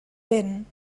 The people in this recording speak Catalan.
vent